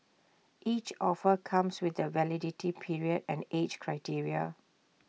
each offer comes with A validity period and age criteria